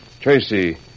Tracy